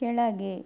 ಕೆಳಗೆ